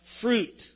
fruit